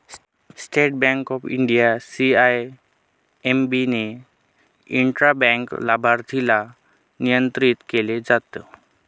state Bank of India, CIMB ने intra bank लाभार्थीला नियंत्रित केलं जात